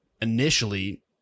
initially